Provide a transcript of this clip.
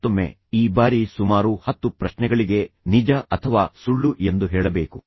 ಮತ್ತೊಮ್ಮೆ ಈ ಬಾರಿ ಸುಮಾರು ಹತ್ತು ಪ್ರಶ್ನೆಗಳಿಗೆ ನಿಜ ಅಥವಾ ಸುಳ್ಳು ಎಂದು ಹೇಳಬೇಕು